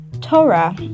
Torah